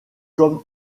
comme